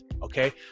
Okay